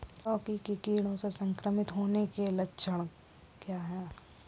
लौकी के कीड़ों से संक्रमित होने के लक्षण क्या हैं?